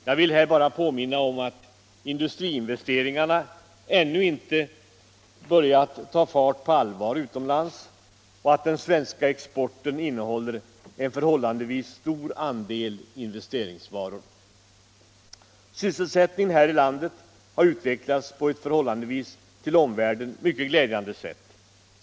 Jag vill här bara påminna om att industriinvesteringarna ännu inte börjat ta fart på allvar utomlands och att den svenska exporten innehåller en förhållandevis stor andel investeringsvaror. Sysselsättningen här i landet har utvecklats på ett i förhållande till omvärlden mycket glädjande sätt.